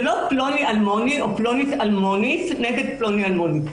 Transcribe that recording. ולא פלוני אלמוני או פלונית אלמונית נגד פלוני אלמוני.